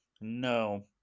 no